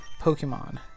Pokemon